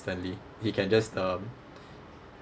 instantly he can just um